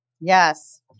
Yes